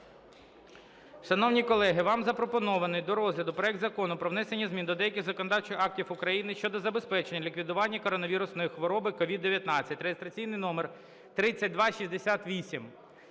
Шановні колеги, вам запропонований до розгляду проект Закону про внесення змін до деяких законодавчих актів України щодо забезпечення лікування коронавірусної хвороби (COVID-19) (реєстраційний номер 3268).